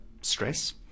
stress